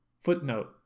Footnote